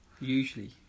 usually